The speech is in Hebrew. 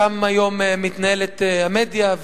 שם היום מתנהלת המדיה,